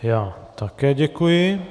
Já také děkuji.